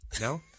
No